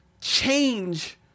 change